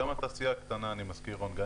גם התעשייה הקטנה,